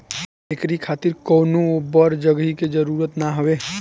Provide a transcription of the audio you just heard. एकरी खातिर कवनो बड़ जगही के जरुरत ना हवे